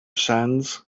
sands